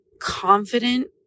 confident